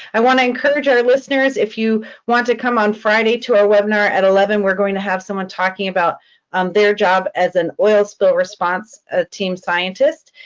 i want to encourage our listeners if you want to come on friday to our webinar at eleven, we're going to have someone talking about their job as an oil spill response ah team scientists.